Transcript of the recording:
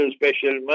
special